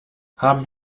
haben